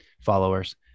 followers